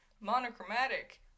monochromatic